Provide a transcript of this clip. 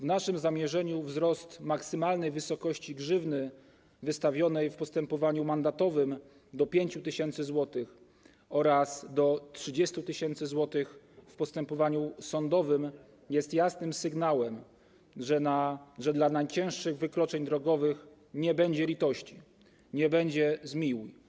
W naszym zamierzeniu wzrost maksymalnej wysokości grzywny wystawionej w postępowaniu mandatowym do 5 tys. zł oraz do 30 tys. zł w postępowaniu sądowym jest jasnym sygnałem, że dla najcięższych wykroczeń drogowych nie będzie litości, nie będzie zmiłuj.